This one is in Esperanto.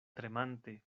tremante